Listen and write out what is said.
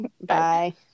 Bye